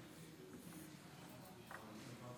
שלוש דקות